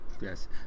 yes